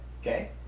Okay